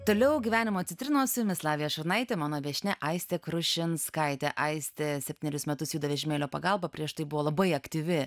toliau gyvenimo citrinos su jumis lavija šurnaitė mano viešnia aistė krušinskaitė aistė septynerius metus juda vežimėlio pagalba prieš tai buvo labai aktyvi